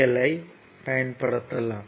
L ஐ பயன்படுத்த வேண்டும்